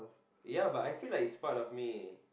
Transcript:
ya but I feel like it's part of me